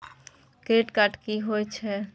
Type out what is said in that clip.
Credit card की होई छै?